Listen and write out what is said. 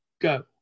go